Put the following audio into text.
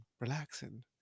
relaxing